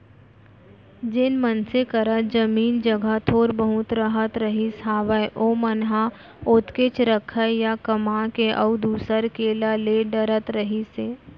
जेन मनसे करा जमीन जघा थोर बहुत रहत रहिस हावय ओमन ह ओतकेच रखय या कमा के अउ दूसर के ला ले डरत रहिस हे